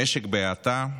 המשק בהאטה,